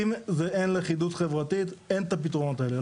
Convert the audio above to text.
אם אין לכידות חברתית אין את הפתרונות האלה.